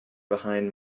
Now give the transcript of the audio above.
behind